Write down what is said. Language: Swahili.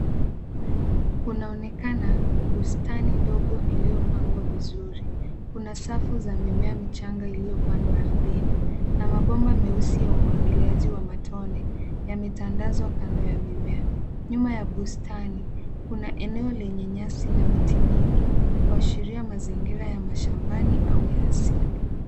Kunaonekana bustani ndogo iliyopangwa vizuri. Kuna safu za mimea michanga iliyopandwa ardhini na mabomba meusi ya umwagiliaji wa matone yametandazwa kando ya mimea. Nyuma ya bustani kuna eneo lenye nyasi na miti mingi kuashiria mazingira ya mashambani au ya asili.